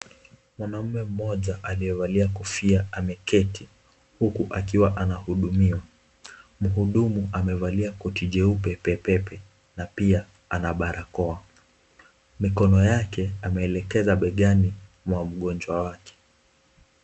Mwanaume mmoja aliyevalia kofia ameketi huku akiwa anahudumiwa. Mhudumu amevalia koti jeupe pepepe na pia ana barakoa. Mikono yake ameelekeza begani mwa mgonjwa wake.